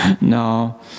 No